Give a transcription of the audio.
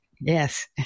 Yes